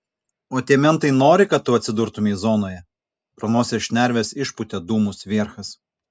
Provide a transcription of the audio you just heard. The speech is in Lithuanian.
o tie mentai nori kad tu atsidurtumei zonoje pro nosies šnerves išpūtė dūmus vierchas